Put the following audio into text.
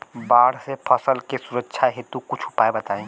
बाढ़ से फसल के सुरक्षा हेतु कुछ उपाय बताई?